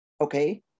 okay